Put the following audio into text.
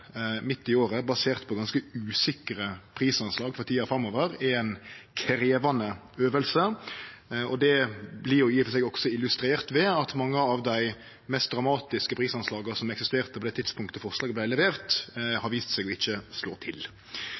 midt i året basert på ganske usikre prisanslag for tida framover, ei krevjande øving, og det vert i og for seg illustrert ved at mange av dei mest dramatiske prisanslaga som eksisterte på det tidspunktet forslaga vart leverte, har vist seg ikkje å slå til.